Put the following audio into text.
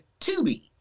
Tubi